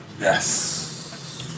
Yes